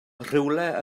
rhywle